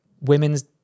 women's